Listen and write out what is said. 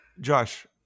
Josh